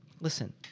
listen